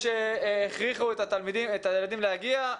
זאת השורה התחתונה שלי ותודה רבה שהקשבתם.